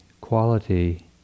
quality